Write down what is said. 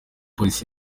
polisi